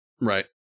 Right